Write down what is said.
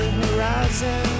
horizon